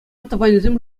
тӑванӗсем